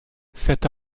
cet